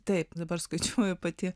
taip dabar skaičiuoju pati